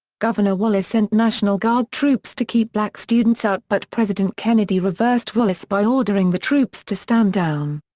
governor wallace sent national guard troops to keep black students out but president kennedy reversed wallace by ordering the troops to stand down.